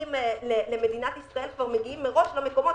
שמגיעים למדינת ישראל מגיעים מראש למקומות